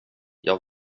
jag